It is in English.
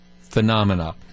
phenomena